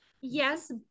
Yes